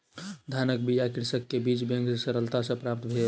धानक बीया कृषक के बीज बैंक सॅ सरलता सॅ प्राप्त भेल